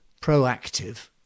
proactive